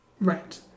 right